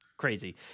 crazy